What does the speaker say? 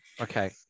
Okay